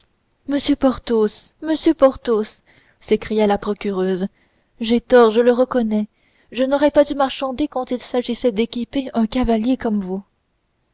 monsieur porthos monsieur porthos s'écria la procureuse j'ai tort je le reconnais je n'aurais pas dû marchander quand il s'agissait d'équiper un cavalier comme vous